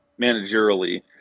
managerially